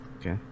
Okay